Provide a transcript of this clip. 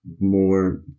more